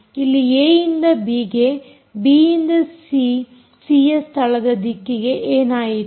ಇಲ್ಲಿ ಏ ಯಿಂದ ಬಿಗೆ ಬಿ ಯಿಂದ ಸಿಯ ಸ್ಥಳದ ದಿಕ್ಕಿಗೆ ಏನಾಯಿತು